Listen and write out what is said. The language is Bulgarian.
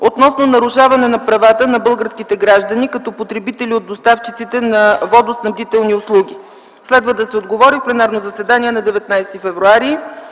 относно нарушаването на правата на българските граждани като потребители от доставчиците на водоснабдителни услуги. Следва да се отговори в пленарното заседание на 19 февруари